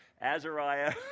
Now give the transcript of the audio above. Azariah